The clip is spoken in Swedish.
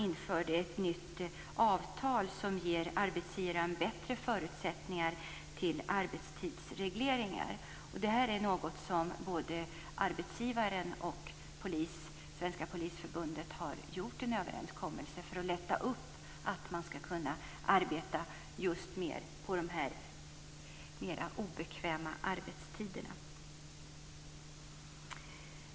Då införde man ett nytt avtal som ger arbetsgivaren bättre förutsättningar för arbetstidsregleringar. Det är något som både arbetsgivaren och Svenska Polisförbundet har gjort en överenskommelse om för att lätta upp när det gäller att man ska kunna arbeta mer just på de här mer obekväma arbetstiderna.